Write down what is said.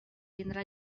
tindrà